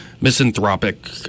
misanthropic